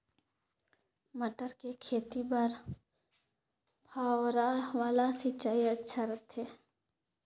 मटर के खेती बर फव्वारा वाला सिंचाई अच्छा रथे?